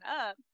up